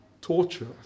torture